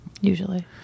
Usually